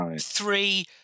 three